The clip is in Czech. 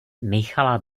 michala